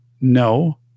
no